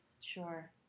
sure